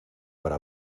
para